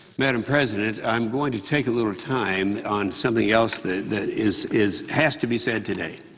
madam president, i'm going to take a little time on something else that that is is has to be said today.